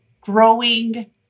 growing